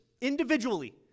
individually